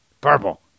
Purple